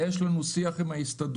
יש לנו שיח עם ההסתדרות,